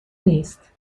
نیست